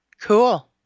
Cool